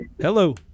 hello